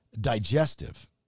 digestive